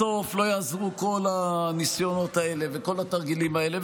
בסוף לא יעזרו כל הניסיונות האלה וכל התרגילים האלה,